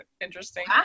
interesting